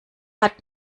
hat